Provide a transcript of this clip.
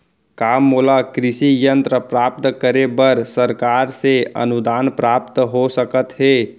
का मोला कृषि यंत्र प्राप्त करे बर सरकार से अनुदान प्राप्त हो सकत हे?